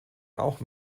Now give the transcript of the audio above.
auch